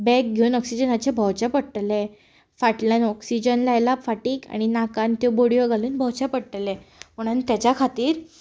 bag घेवन ऑक्सिजनाचें भोंवचें पडटलें फाटल्यान ऑक्सिजन लायलां फाटीक आनी नाकांत त्यो बड्यो घालून भोंवचें पडटलें म्हणून तेच्या खातीर